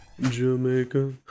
Jamaica